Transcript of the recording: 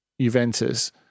Juventus